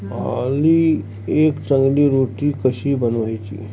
ऑली एक चांगली रोटी कशी बनवायची